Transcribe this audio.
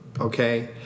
okay